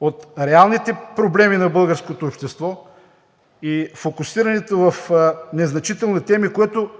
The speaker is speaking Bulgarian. от реалните проблеми на българското общество и фокусирането в незначителни теми, което